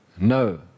no